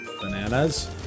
Bananas